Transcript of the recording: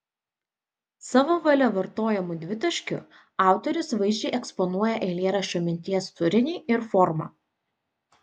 savo valia vartojamu dvitaškiu autorius vaizdžiai eksponuoja eilėraščio minties turinį ir formą